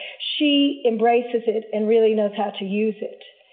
she embraces it and really knows how to use it.